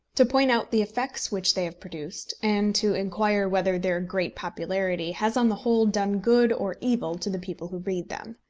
to point out the effects which they have produced, and to inquire whether their great popularity has on the whole done good or evil to the people who read them.